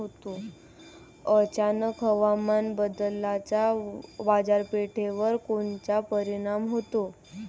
अचानक हवामान बदलाचा बाजारपेठेवर कोनचा परिणाम होतो?